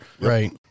Right